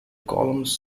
columns